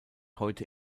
heute